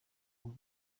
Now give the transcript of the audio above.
will